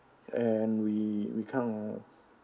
and we kinda